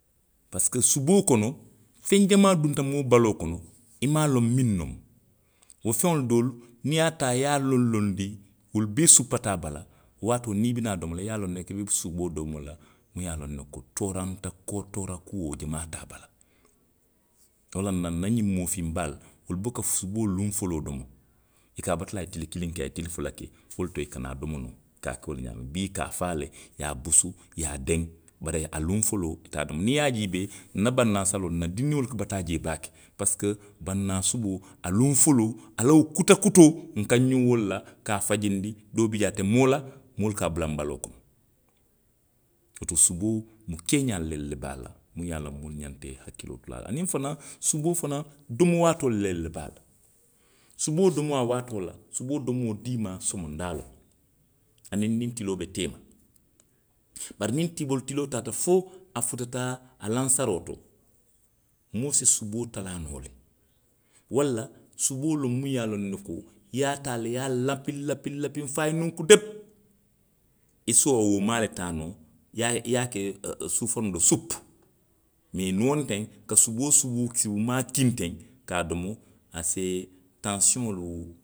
Parisiko suboo kono, feŋ jamaa dunta moo baloo kono. i maŋ a loŋ miŋ noŋ. wo feŋo doolu niŋ i ye a taa, i ye a lonlonndi, wolu bee suppata a bala. wo waatoo niŋ i bi naa a domo la. i ye a loŋ ne i be suboo domoo le la muŋ ye a loŋ ne ko tooraŋ ka, tooraŋ kuo jamaa te a bala. wolaŋ na nna ňiŋ moofiŋ baalu. wolu buka suboo luŋ foloo domo. I ka a batu le a tili kiliŋ ke, a ye tili fula ke. wo le to i ka naa domo noo. Bii i ka a faa le, i ye a busu, i ye a deŋ. bari a luŋ foloo ite a domo la. Bari niŋ i ye a jiibee. nna bannaa saloo, nna dindiŋolu ka bataa jee baake. Parisiko, bannaa suboo, a luŋo foloo, a la wo kuta kutoo, nka nňuŋ wo le la, ka a fajindi. doo bi jee ate moo la, moolu ka a bula nbaloo kono. Woto suboo mu keeňaalu le, le be a la muŋ ye a loŋ ko nňanta i hakkilootu la a la. Aniŋ fanaŋ. suboo fanaŋ domo waatoolu le be a la. Suboo domo a waatoo la. Suboo domo diimaa somondaa loŋ, aniŋ niŋ tiloo be teema. Bari niŋ tiboo, tiloo taata fo a futata alansaroo to, moo si suboo talaa noo le. walla suboo loŋ muŋ ye a loŋ ne ko i ye a taa le, i ye a lappiŋ, lappiŋ fo a ye nunku lepu, i se a wo maa le taa noo, i ye a, i ye a ke, o, suu forimu do suppu. Mee niw wonteŋ. ka suboo, subu, subumaa kiŋ teŋ. ka a domo, a se tansiyoŋolu